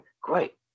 great